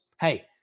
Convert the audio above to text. hey